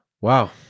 wow